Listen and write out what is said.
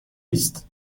است